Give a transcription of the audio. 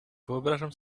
wyobrażam